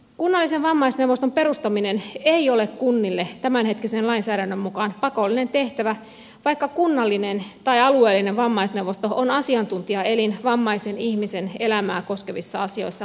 kunnallisen vammaisneuvoston perustaminen ei ole kunnille tämänhetkisen lainsäädännön mukaan pakollinen tehtävä vaikka kunnallinen tai alueellinen vammaisneuvosto on asiantuntijaelin vammaisen ihmisen elämää koskevissa asioissa paikallistasolla